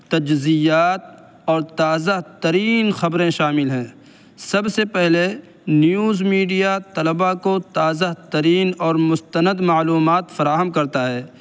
تجزیات اور تازہ ترین خبریں شامل ہیں سب سے پہلے نیوز میڈیا طلباء کو تازہ ترین اور مستند معلومات فراہم کرتا ہے